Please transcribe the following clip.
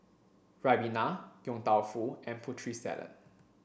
Ribena Yong Tau Foo and Putri Salad